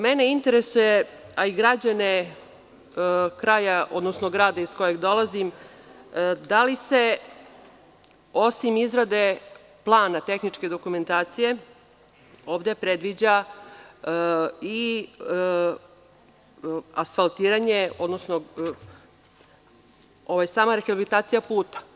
Mene interesuje, a i građane kraja, odnosno grada iz koga dolazim, da li se, osim izrade plana tehničke dokumentacije, ovde predviđa i asfaltiranje, odnosno sama rehabilitacija puta?